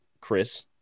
Chris